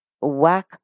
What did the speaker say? whack